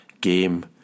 game